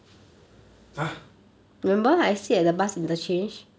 !huh!